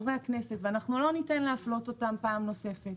אנחנו לא ניתן להפלות אותם פעם נוספת.